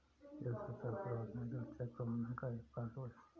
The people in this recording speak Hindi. जल संसाधन प्रबंधन जल चक्र प्रबंधन का एक पहलू है